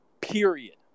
period